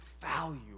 value